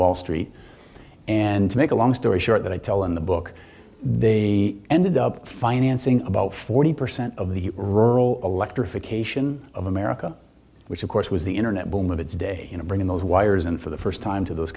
wall street and to make a long story short that i tell in the book they ended up financing about forty percent of the rural electrification of america which of course was the internet boom of its day you know bringing those wires in for the first time to those